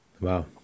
Wow